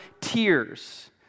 tears